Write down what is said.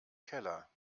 keller